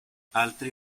altri